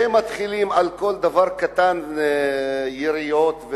על כל דבר קטן מתחילים ביריות,